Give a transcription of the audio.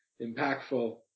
impactful